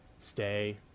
stay